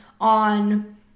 on